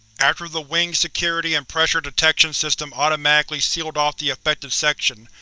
after the wing's security and pressure-detection system automatically sealed off the affected section,